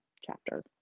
chapter